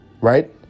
right